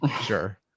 sure